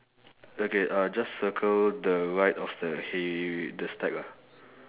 okay uh just circle the right of the hay the stack lah